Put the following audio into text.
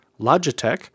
Logitech